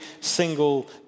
single